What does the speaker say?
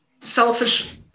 selfish